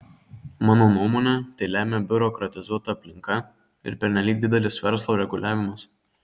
mano nuomone tai lemia biurokratizuota aplinka ir pernelyg didelis verslo reguliavimas